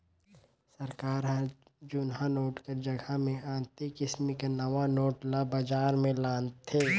सरकार हर जुनहा नोट कर जगहा मे अन्ते किसिम कर नावा नोट ल बजार में लानथे